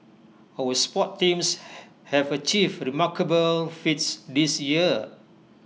our sports teams have achieved remarkable feats this year